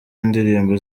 indirimbo